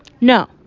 No